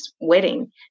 wedding